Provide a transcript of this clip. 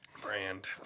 Brand